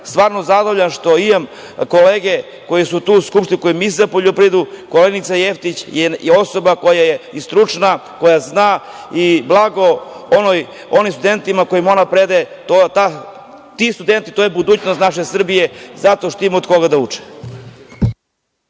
stvarno zadovoljan što imam kolege koji su tu u Skupštini, koji misle o poljoprivredi. Koleginica Jeftić je osoba koja je stručna, koja zna i blago onim studentima kojima ona predaje, ti studenti su budućnost naše Srbije, zato što imaju od koga da uče.